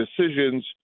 decisions